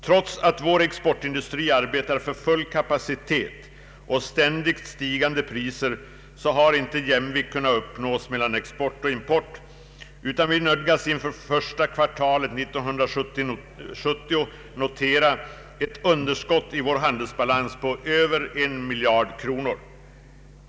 Trots att vår exportindustri arbetar med full kapacitet och ständigt stigande priser har inte jämvikt kunnat uppnås mellan export och import, utan vi nöd gas för första kvartalet 1970 notera ett underskott i vår handelsbalans på över en miljard kronor.